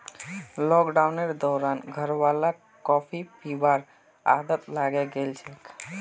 लॉकडाउनेर दौरान घरवालाक कॉफी पीबार आदत लागे गेल छेक